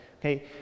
okay